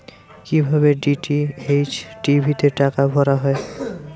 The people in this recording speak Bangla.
কি ভাবে ডি.টি.এইচ টি.ভি তে টাকা ভরা হয়?